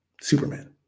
Superman